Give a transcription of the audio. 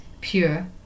pure